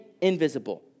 invisible